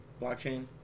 blockchain